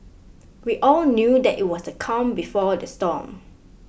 we all knew that it was the calm before the storm